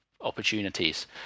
opportunities